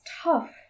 tough